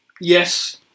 Yes